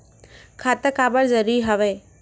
खाता का बर जरूरी हवे?